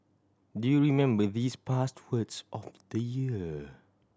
do you remember these past words of the year